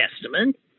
Testament